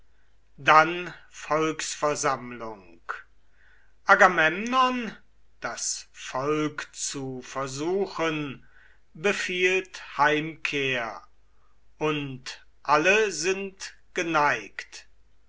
dann volksversammlung agamemnon das volk zu versuchen befiehlt heimkehr und alle sind geneigt